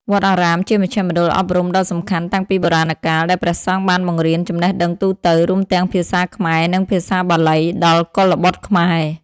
វត្តអារាមជាមជ្ឈមណ្ឌលអប់រំដ៏សំខាន់តាំងពីបុរាណកាល ដែលព្រះសង្ឃបានបង្រៀនចំណេះដឹងទូទៅ រួមទាំងភាសាខ្មែរ និងភាសាបាលី ដល់កុលបុត្រខ្មែរ។